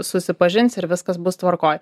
susipažins ir viskas bus tvarkoj